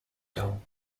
gull